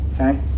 Okay